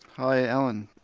hi, alan.